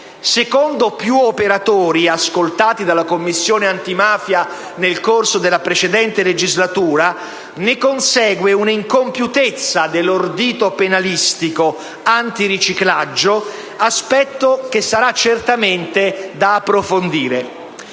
Secondo più operatori ascoltati dalla Commissione antimafia nel corso della precedente legislatura, ne consegue un'incompiutezza dell'ordito penalistico antiriciclaggio, aspetto che sarà certamente da approfondire.